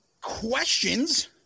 questions